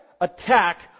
attack